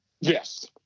Yes